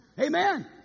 Amen